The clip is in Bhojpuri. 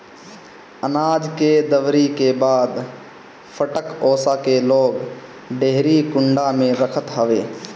अनाज के दवरी के बाद फटक ओसा के लोग डेहरी कुंडा में रखत हवे